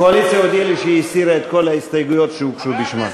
הקואליציה הודיעה לי שהיא הסירה את כל ההסתייגויות שהוגשה בשמה.